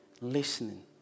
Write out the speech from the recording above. listening